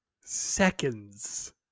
seconds